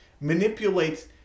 manipulates